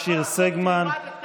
ירושלים, נאמר לו